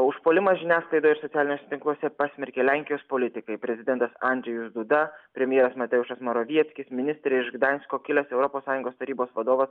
o užpuolimą žiniasklaidoje ir socialiniuose tinkluose pasmerkė lenkijos politikai prezidentas andžėjus duda premjeras mateušas morovieckis ministrė iš gdansko kilęs europos sąjungos tarybos vadovas